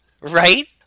Right